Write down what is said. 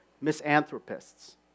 misanthropists